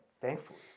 thankfully